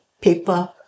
paper